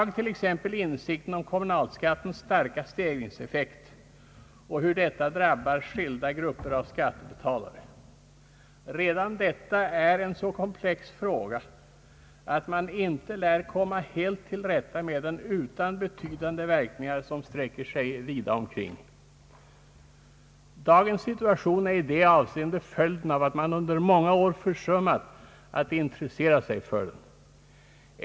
Redan insikten om kommunalskattens starka stegringseffekt och hur denna drabbar skilda grupper av skattebetalare gör att man inte lär komma helt till rätta med den utan betydande verkningar som sträcker sig vida omkring. Dagens situation är i det avseendet följden av att man under många år försummat att intressera sig för hithörande spörsmål.